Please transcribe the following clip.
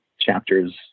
chapters